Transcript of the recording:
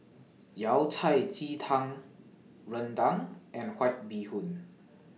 Yao Cai Ji Tang Rendang and White Bee Hoon